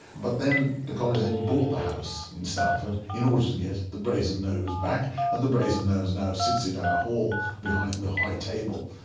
but the college then bought the house in stamford in order to get the brasen nose back, and the brasen nose now sits in our hall behind the high table.